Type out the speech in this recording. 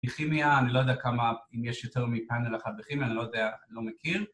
בכימיה, אני לא יודע כמה, אם יש יותר מפאנל אחד בכימיה, אני לא יודע, אני לא מכיר